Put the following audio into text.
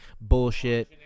bullshit